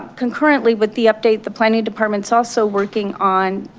concurrently with the update the planning department's also working on